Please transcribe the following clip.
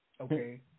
Okay